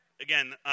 again